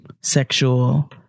sexual